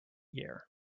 year